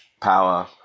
power